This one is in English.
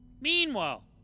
Meanwhile